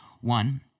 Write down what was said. one